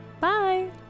Bye